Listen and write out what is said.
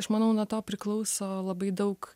aš manau nuo to priklauso labai daug